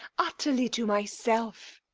utterly to myself.